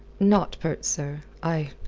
not pert, sir. i.